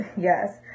Yes